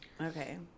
okay